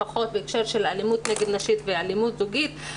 בהקשר של אלימות נגד נשים ואלימות זוגית,